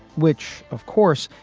which, of course,